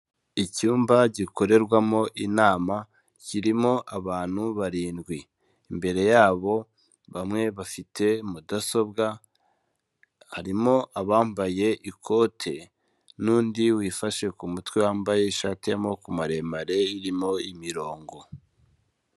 Icyumba gikorerwamo inama, kirimo abantu barindwi, imbere yabo bamwe bafite mudasobwa, harimo abambaye ikote n'undi wifashe ku mutwe wambaye ishati y'amaboko maremare, irimo imirongo.